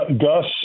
Gus